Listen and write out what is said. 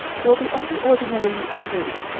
will be only ordinarily absurd,